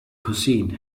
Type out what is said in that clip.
cuisine